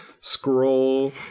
scroll